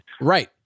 right